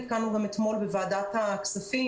עדכנו גם אתמול בוועדת הכספים.